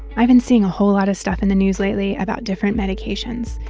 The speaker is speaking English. i've been seeing a whole lot of stuff in the news lately about different medications.